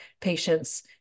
patients